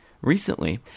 Recently